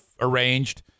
arranged